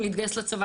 אם להתגייס לצבא,